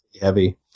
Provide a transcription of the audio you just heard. heavy